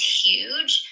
huge